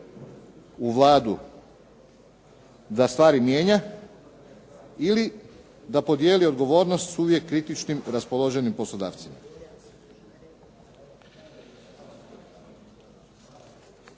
u Vladu da stvari mijenja ili da podijeli odgovornost s uvijek kritičkim raspoloženim poslodavcima?